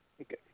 Okay